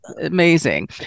amazing